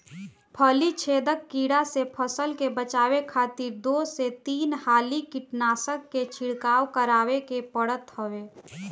फली छेदक कीड़ा से फसल के बचावे खातिर दू से तीन हाली कीटनाशक के छिड़काव करवावे के पड़त हवे